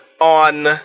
on